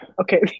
Okay